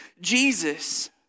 Jesus